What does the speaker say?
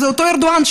זה אותו ארדואן,